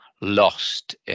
lost